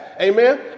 Amen